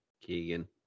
Keegan